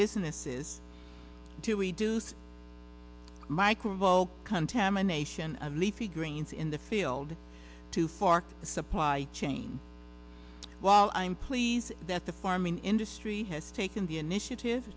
businesses to reduce microvolt contamination of leafy greens in the field to far the supply chain while i'm pleased that the farming industry has taken the initiative